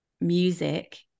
music